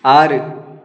ஆறு